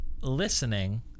listening